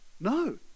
No